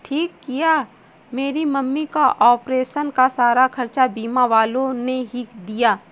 ठीक किया मेरी मम्मी का ऑपरेशन का सारा खर्चा बीमा वालों ने ही दिया